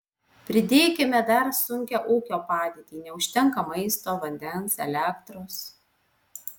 pridėkime dar sunkią ūkio padėtį neužtenka maisto vandens elektros